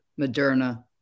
Moderna